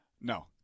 No